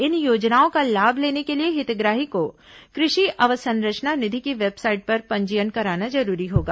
इन योजनाओं का लाभ लेने के लिए हितग्राही को कृषि अवसंरचना निधि की वेबसाइट पर पंजीयन कराना जरूरी होगा